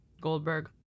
Goldberg